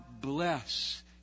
bless